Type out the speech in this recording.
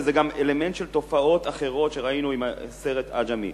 וזה גם אלמנט של תופעות אחרות שראינו עם הסרט "עג'מי".